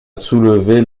soulever